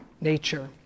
nature